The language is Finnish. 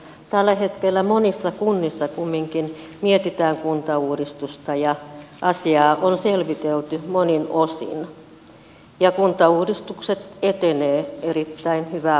tällä hetkellä monissa kunnissa kumminkin mietitään kuntauudistusta ja asiaa on selvitelty monin osin ja kuntauudistukset etenevät erittäin hyvää vauhtia